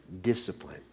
discipline